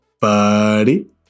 Buddy